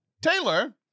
Taylor